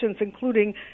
including